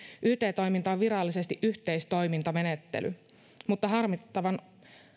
yt toiminta on virallisesti yhteistoimintamenettely mutta harmittavan